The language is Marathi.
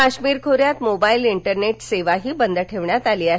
काश्मीर खोऱ्यात मोबाईल इंटरनेट सेवाही बंद ठेवण्यात आली आहे